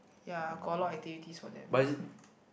ya got a lot of activities for them